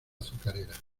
azucarera